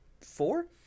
four